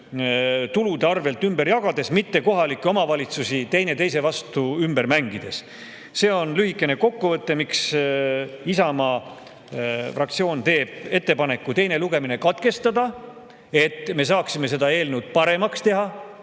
tulusid ümber jagades, mitte kohalikke omavalitsusi teineteise vastu ümber mängides. See on lühikene kokkuvõte põhjustest, miks Isamaa fraktsioon teeb ettepaneku teine lugemine katkestada, et me saaksime seda eelnõu paremaks teha.